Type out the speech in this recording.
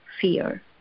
fear